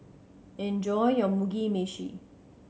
enjoy your Mugi Meshi